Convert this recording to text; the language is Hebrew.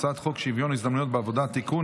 הצעת חוק שוויון ההזדמנויות בעבודה (תיקון,